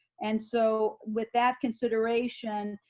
and so with that consideration,